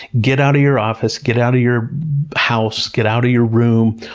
get out of your office, get out of your house, get out of your room,